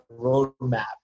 roadmap